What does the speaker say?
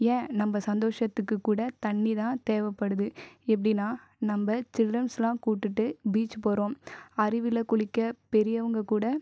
ஏன் நம்ப சந்தோஷத்துக்கு கூட தண்ணி தான் தேவைப்படுது எப்படின்னா நம்ப சில்ட்ரன்ஸ்லாம் கூப்பிட்டுட்டு பீச் போகிறோம் அருவியில் குளிக்க பெரியவங்க கூட